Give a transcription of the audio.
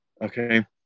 Okay